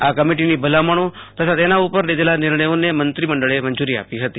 આ ક્રમિટિની ભલોમણો તથા તેના ઉપર લીધેલા નિર્ણયોને મંત્રમંડળે મંજૂરી આપી હતી